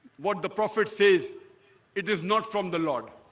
what the prophet says it is not from the lord